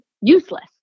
useless